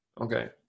okay